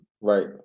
Right